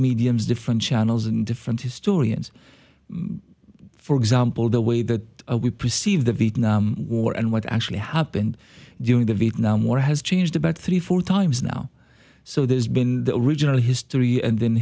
mediums different channels and different historians for example the way that we perceive the vietnam war and what actually happened during the vietnam war has changed about three four times now so there's been the original history and then